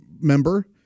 member